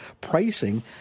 pricing